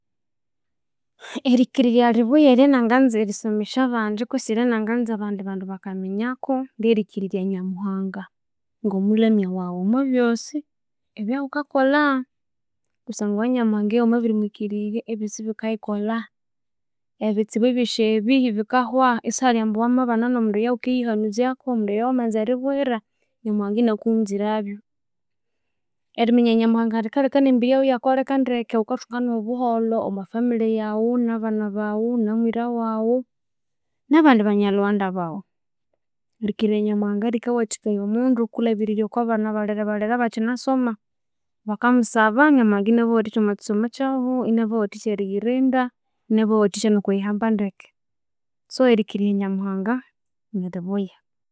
Erikirirya ribuya eryananganza erisomesya abandi kwisi eryananganza abandi bandu bakaminyako ryerikirirya nyamuhanga ngo mulhamya wawu imwa byosi ebyaghukakolha kusangwa eya nyamuhanga iyo wamabirimwikirirya ebyosi bikaghikolha ebitsibu ebyosi ebi bikahwa isahalhi ambu wamabana no mundu oyuwukiyihanuzyako omundu oyuwamanza eribwira nyamuhanga iniakughunzira byu eriminya nyamuhanga rikalheka nemibiri yaghu eyakolheka ndeke ghukathunga no buholho omwa family yaghu nabana baghu na mwira waghu na bandi banyalhughanda baghu erikirirya nyamuhanga rikawathikaya omundu kwilhabirirya okwa bana balherebalhere abakinasoma bakamusaba nyamuhanga inabawathikya omwa kisomo kyabu, inabawathikya erighirinda inabawathikya no kwiyihamba ndeke si erikirirya nyamuhanga nilhibuya.